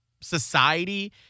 society